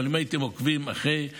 אבל אם הייתם עוקבים אחרי העיתונות,